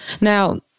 Now